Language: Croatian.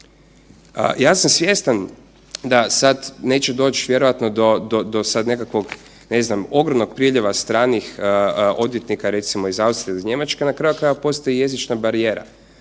Ja sam svjestan da sad neće doći vjerojatno do sad nekakvog ne znam, ogromnog priljeva stranih odvjetnika, recimo iz Austrije ili Njemačke, na kraju krajeva postoji jezična barijera.